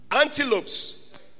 Antelopes